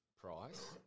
price